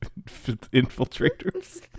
infiltrators